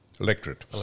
Electorate